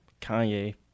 kanye